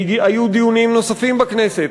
היו דיונים נוספים בכנסת.